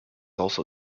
also